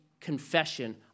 confession